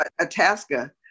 Atasca